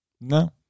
No